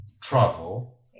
travel